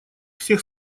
всех